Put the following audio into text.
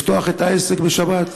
לפתוח את העסק בשבת.